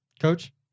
Coach